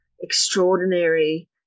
extraordinary